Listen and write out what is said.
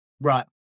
Right